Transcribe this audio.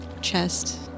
chest